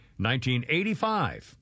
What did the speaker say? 1985